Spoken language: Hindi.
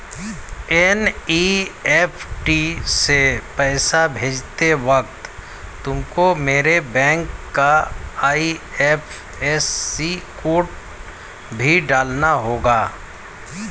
एन.ई.एफ.टी से पैसा भेजते वक्त तुमको मेरे बैंक का आई.एफ.एस.सी कोड भी डालना होगा